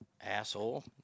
Asshole